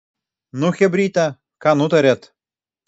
nu chebryte ką nutarėt